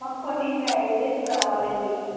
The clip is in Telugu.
మాకు కొన్ని ప్రైజెస్ కావలండి